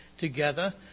together